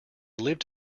lived